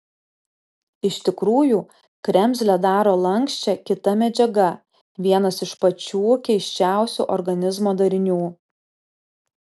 iš tikrųjų kremzlę daro lanksčią kita medžiaga vienas iš pačių keisčiausių organizmo darinių